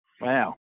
Wow